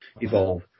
evolve